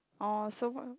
orh so what